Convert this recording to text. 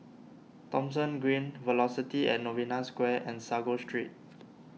Thomson Green Velocity at Novena Square and Sago Street